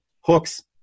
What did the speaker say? hooks